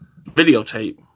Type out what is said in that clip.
videotape